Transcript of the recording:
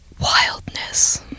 Wildness